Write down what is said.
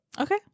Okay